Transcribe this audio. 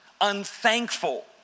unthankful